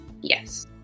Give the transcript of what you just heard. Yes